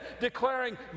declaring